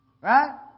Right